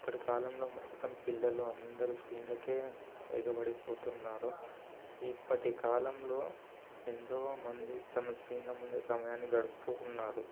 ఇప్పటికాలంలో మొత్తం పిల్లలు అందరు స్క్రీన్లకే ఎగబడి పోతున్నారు ఇప్పటికాలంలో ఎంతోమంది తమ స్క్రీన్ల ముందే సమయాన్ని గడుపుతు ఉన్నారు